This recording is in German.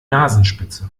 nasenspitze